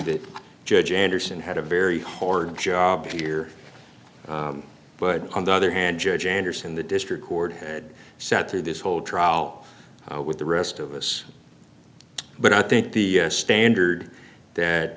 that judge andersen had a very hard job here but on the other hand judge anderson the district court had sat through this whole trial with the rest of us but i think the standard that